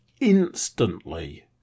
instantly